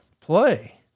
play